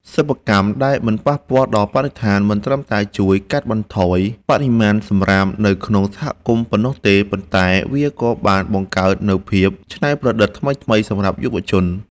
សិប្បកម្មដែលមិនប៉ះពាល់ដល់បរិស្ថានមិនត្រឹមតែជួយកាត់បន្ថយបរិមាណសំរាមនៅក្នុងសហគមន៍ប៉ុណ្ណោះទេ ប៉ុន្តែ វាក៏បានបង្កើតនូវភាពច្នៃប្រឌិតថ្មីៗសម្រាប់យុវជន។